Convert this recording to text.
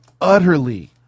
utterly